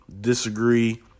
Disagree